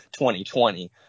2020